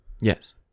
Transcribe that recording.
Yes